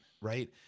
right